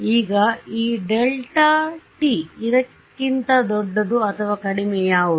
ಈಗ ಈ t ಇದಕ್ಕಿಂತ ದೊಡ್ಡದು ಅಥವಾ ಕಡಿಮೆ ಯಾವುದು